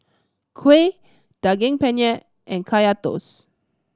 kuih Daging Penyet and Kaya Toast